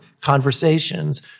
conversations